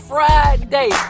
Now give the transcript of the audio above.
Friday